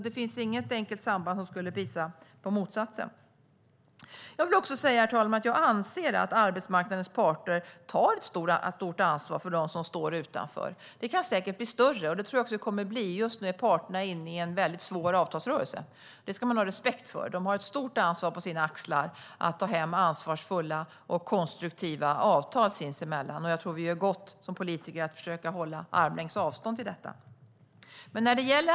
Det finns alltså inget enkelt samband som skulle visa på motsatsen. Jag anser, herr talman, att arbetsmarknadens parter tar stort ansvar för dem som står utanför. Det kan säkert bli större, och det tror jag också att det kommer att bli. Men just nu är parterna inne i en väldigt svår avtalsrörelse, och det ska man ha respekt för. Det vilar ett stort ansvar på deras axlar att ta hem ansvarsfulla och konstruktiva avtal sinsemellan. Jag tror att vi som politiker gör klokt i att försöka hålla armslängds avstånd till detta.